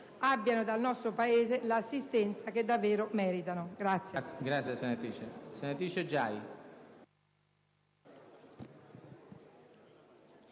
abbiano dal nostro Paese l'assistenza che davvero meritano.